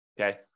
okay